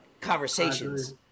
Conversations